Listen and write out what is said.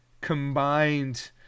combined